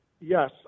Yes